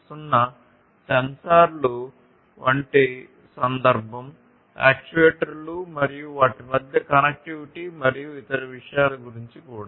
0 సెన్సార్లు వంటి సందర్భం యాక్యుయేటర్లు మరియు వాటి మధ్య కనెక్టివిటీ మరియు ఇతర విషయాలు గురించి కూడా